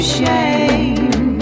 shame